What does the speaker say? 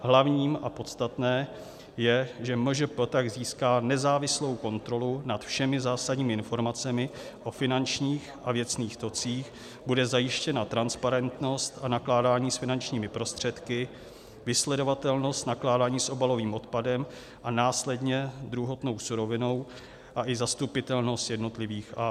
Hlavní a podstatné je, že MŽP tak získá nezávislou kontrolu nad všemi zásadními informacemi o finančních a věcných tocích, bude zajištěna transparentnost a nakládání s finančními prostředky, vysledovatelnost nakládání s obalovým odpadem a následně druhotnou surovinou a i zastupitelnost jednotlivých AOS.